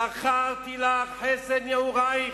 זכרתי לך חסד נעורייך,